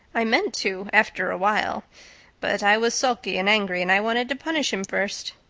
i meant to, after awhile but i was sulky and angry and i wanted to punish him first.